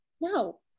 No